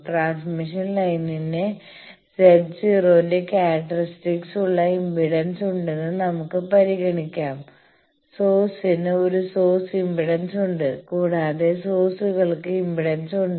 transmission ലൈനിന് Z0 ന്റെ ക്യാരക്ടറിസ്റ്റിക്സുള്ള ഇംപെഡൻസ് ഉണ്ടെന്ന് നമുക്ക് പരിഗണിക്കാം സോഴ്സിന് ഒരു സോഴ്സ് ഇംപെഡൻസ് ഉണ്ട് കൂടാതെ സോഴ്സുകൾക്ക് ഇംപെഡൻസ് ഉണ്ട്